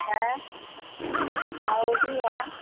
है हाँ वह भी है